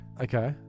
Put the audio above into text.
Okay